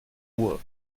ruhe